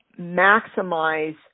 maximize